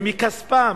ומכספם,